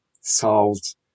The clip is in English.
solved